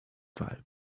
five